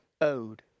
owed